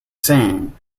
same